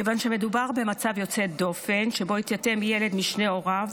כיוון שמדובר במצב יוצא דופן שבו התייתם ילד משני הוריו